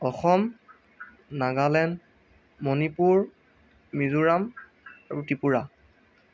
অসম নাগালেণ্ড মণিপুৰ মিজোৰাম আৰু ত্ৰিপুৰা